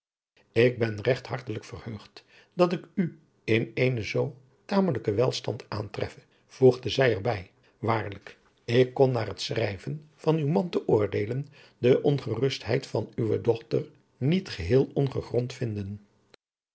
ik ben regt hartelijk verheugd dat ik u in eenen zoo tamelijken welstand aantreffe voegde zij er bij waarlijk ik kon naar het schrijven van uw man te oordeelen de ongerustheid van uwe dochter niet geheel ongegrond vinden